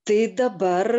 tai dabar